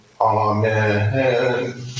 Amen